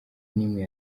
nimwe